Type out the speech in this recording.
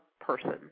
person